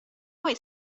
voi